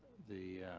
the.